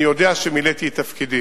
אני יודע שמילאתי את תפקידי.